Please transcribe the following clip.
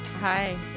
Hi